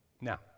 Now